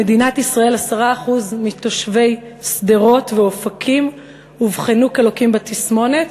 במדינת ישראל 10% מתושבי שדרות ואופקים אובחנו כלוקים בתסמונת.